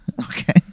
okay